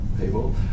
people